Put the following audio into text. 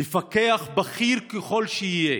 מפקח, בכיר ככל שיהיה,